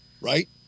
right